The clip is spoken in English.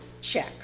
Check